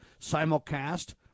simulcast